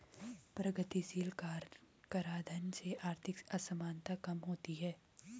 प्रगतिशील कराधान से आर्थिक असमानता कम होती है